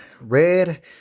Red